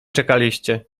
czekaliście